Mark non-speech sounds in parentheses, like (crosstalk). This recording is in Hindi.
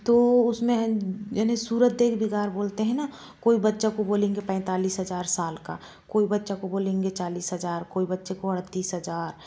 तो उसमें (unintelligible) सूरत देख बेकार बोलते हैं ना कोई बच्चा को बोलेंगे पैतालीस हजार साल का कोई बच्चा को बोलेंगे चालीस हजार कोई बच्चे को अड़तीस हजार